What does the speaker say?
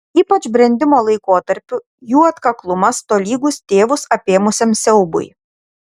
ypač brendimo laikotarpiu jų atkaklumas tolygus tėvus apėmusiam siaubui